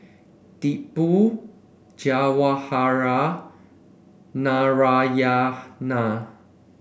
Tipu Jawaharlal and Narayana